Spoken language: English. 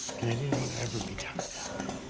and i didn't want to ever be tied down.